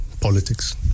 politics